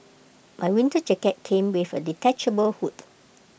my winter jacket came with A detachable hood